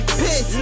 piss